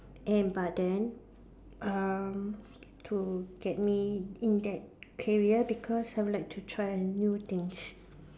and but then um to get me in that area because I would like to try a new things